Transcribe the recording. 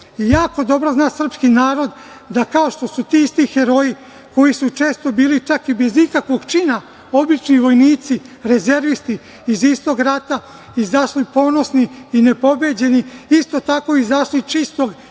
narod. Jako dobro zna srpski narod da kao što su ti isti heroji koji su često bili čak i bez ikakvog čina obični vojnici, rezervisti iz istog rata izašli ponosni i nepobeđeni, isto tako izašli čistog